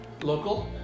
Local